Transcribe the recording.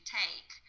take